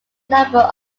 number